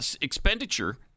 expenditure